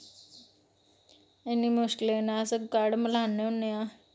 इन्नी मुश्कलें नै अस गढ़ मलाने होन्ने आं